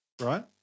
Right